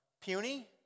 puny